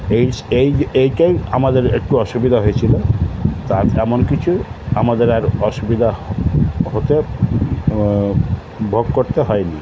এই এই যে এইটাই আমাদের একটু অসুবিধা হয়েছিল তা এমন কিছুই আমাদের আর অসুবিধা হতে ভোগ করতে হয়নি